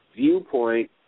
viewpoint